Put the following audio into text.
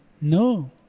No